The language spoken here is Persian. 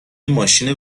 ماشین